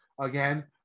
again